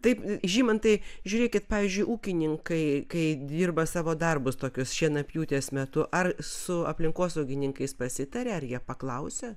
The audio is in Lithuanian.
taip žymantai žiūrėkit pavyzdžiui ūkininkai kai dirba savo darbus tokius šienapjūtės metu ar su aplinkosaugininkais pasitaria ar jie paklausia